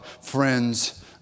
friends